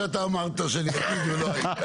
אני דיברנו קודם על הנושא